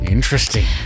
Interesting